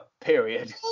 period